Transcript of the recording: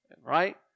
Right